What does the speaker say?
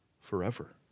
forever